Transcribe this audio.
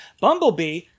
Bumblebee